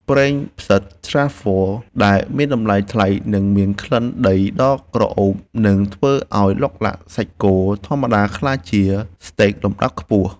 ប្រេងផ្សិតត្រាហ្វហ្វល (Truffle) ដែលមានតម្លៃថ្លៃនិងមានក្លិនដីដ៏ក្រអូបនឹងធ្វើឱ្យឡុកឡាក់សាច់គោធម្មតាក្លាយជាស្តេកលំដាប់ខ្ពស់។